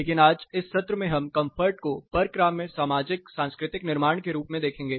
लेकिन आज इस सत्र में हम कंफर्ट को परक्राम्य सामाजिक सांस्कृतिक निर्माण के रूप में देखेंगे